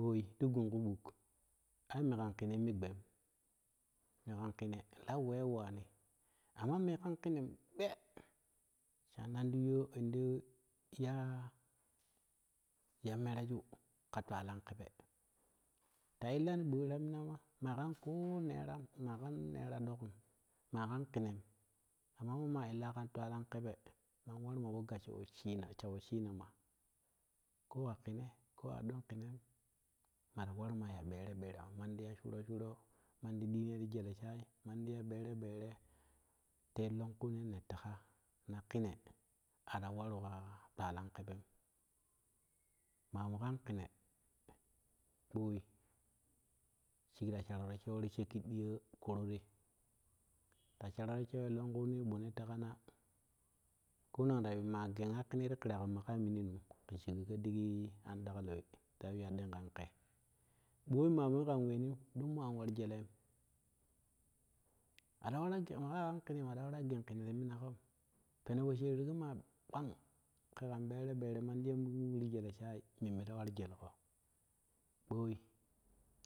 Ɓoi gun kubuk ai me kan kine me gbem me kan kene laweu waani amma me kan kenem gbe sannan di yoo ti yaa ya mereja ka twalan kebe ta illani ɓoi ta minama makan koo neram makan nera dokum maa kan kenem amma mammaa illa kan twalan kebe man warma po gassho po weshina shha weshiina ma ko ka kene ko ado kenem ma ti warma ya bere-bere mandi ya shuro-shuro mandi dii no ti gere shai mandi ya bere-bere te longku ne yene tega na ene ari warka twalan kebem maa mo kan kene ɓoi shigi ta sharoro shewo ti shekki diyo koorore ta sharoro shewo longku ne nee bo ne tega na konong geriga kene ti kirago mage maa mininum ke shigo go ɗigi an ɗaklo we ta yiu ya ɗen kan ke ɓoi maa moo kan weenim doo mo an war jelem ara war je kamaa kan kenem atara geen kene ti minagom pene posheerigo ma kpang ke kan bere-bere mandi ya mukmuk ti jele shai memme ta warjelego ɓoi